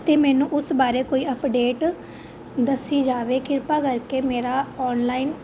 ਅਤੇ ਮੈਨੂੰ ਉਸ ਬਾਰੇ ਕੋਈ ਅਪਡੇਟ ਦੱਸੀ ਜਾਵੇ ਕਿਰਪਾ ਕਰਕੇ ਮੇਰਾ ਆਨਲਾਈਨ